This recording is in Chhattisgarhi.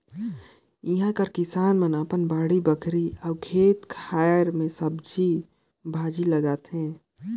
इहां कर किसान मन अपन बाड़ी बखरी अउ खेत खाएर में सब्जी भाजी लगाथें